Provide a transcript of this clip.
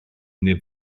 neb